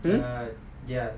mm